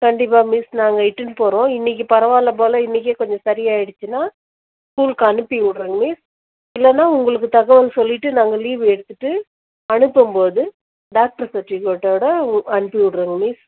கண்டிப்பாக மிஸ் நாங்கள் இட்டுனு போகிறோம் இன்றைக்கு பரவாயில்லை போல இன்றைக்கே கொஞ்சம் சரியாயிடுச்சின்னா ஸ்கூலுக்கு அனுப்பிவிட்கிறோம் மிஸ் இல்லைன்னா உங்களுக்கு தகவல் சொல்லிட்டு நாங்கள் லீவு எடுத்துகிட்டு அனுப்பும்போது டாக்டர் சர்ட்டிஃபிக்கேட்டோட அனுப்பி விடுறோங்க மிஸ்